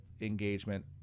engagement